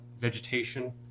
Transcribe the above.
vegetation